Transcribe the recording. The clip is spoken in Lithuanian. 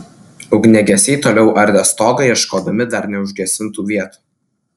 ugniagesiai toliau ardė stogą ieškodami dar neužgesintų vietų